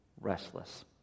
restless